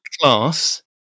class